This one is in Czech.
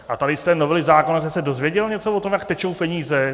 A tady z té novely zákona jste se dozvěděl něco o tom, jak tečou peníze?